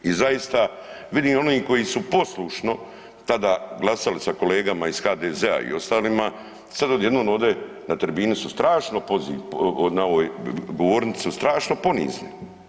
I zaista, vidimo oni koji su poslušno tada glasali sa kolegama iz HDZ-a i ostalima, sad odjednom ovdje na tribini su strašno, sad na ovoj govornici, strašno ponizni.